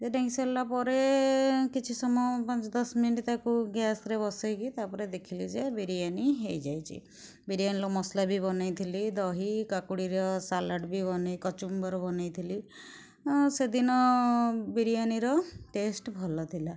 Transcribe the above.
ଢାଙ୍କି ସାରିଲା ପରେ କିଛି ସମୟ ପାଞ୍ଚ ଦଶ ମିନିଟ୍ ତାକୁ ଗ୍ୟାସ୍ରେ ବସାଇକି ତାପରେ ଦେଖିଲି ଯେ ବିରୀୟାନି ହୋଇଯାଇଛି ବିରୀୟାନିର ମସଲା ବି ବନାଇଥିଲି ଦହି କାକୁଡ଼ିର ସାଲାଡ଼ ବି ବନାଇ କଚୁମ୍ବର୍ ବନାଇ ଥିଲି ସେଦିନ ବିରୀୟାନିର ଟେଷ୍ଟ୍ ଭଲ ଥିଲା